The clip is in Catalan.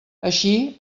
així